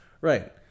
right